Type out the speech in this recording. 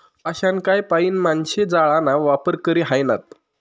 पाषाणकाय पाईन माणशे जाळाना वापर करी ह्रायनात